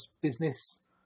business